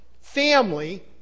family